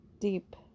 deep